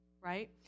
right